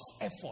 effort